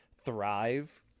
thrive